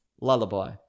lullaby